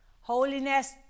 Holiness